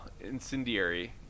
Incendiary